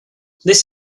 this